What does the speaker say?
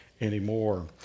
anymore